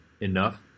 enough